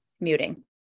Muting